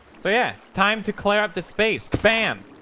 so yeah time to clear up the space bam